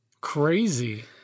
Crazy